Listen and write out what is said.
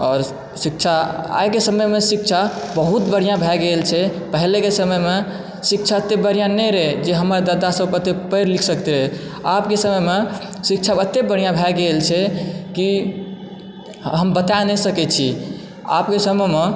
आओर शिक्षा आइके समयमे शिक्षा बहुत बढ़िआँ भए गेल छै पहिलेके समयमे शिक्षा एतय बढ़िआँ नहि रहे जे हमर दादासभ एतय पढि लिख सकतै आबके समयमे शिक्षा एतय बढ़िआँ भए गेल छै की हम बता नहि सकैत छी आबके समयमऽ